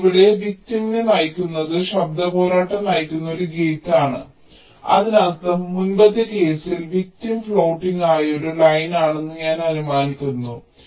അതിനാൽ ഇവിടെ വിക്ടിമിനെ നയിക്കുന്നത് ശബ്ദ പോരാട്ടം നയിക്കുന്ന ഒരു ഗേറ്റ് ആണ് അതിനർത്ഥം മുമ്പത്തെ കേസിൽ വിക്ടിം ഫ്ലോട്ടിംഗ് ആയ ഒരു ലൈനാണെന്ന് ഞാൻ അനുമാനിക്കുന്നു